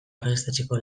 argiztatzeko